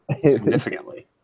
significantly